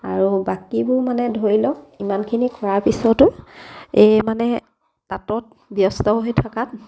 আৰু বাকীবোৰ মানে ধৰি লওক ইমানখিনি কৰাৰ পিছতো এই মানে তাঁতত ব্যস্ত হৈ থকাত